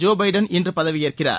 Joe Biden இன்று பதவியேற்கிறறர்